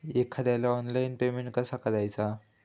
एखाद्याला online payment कसा करायचा?